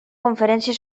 conferència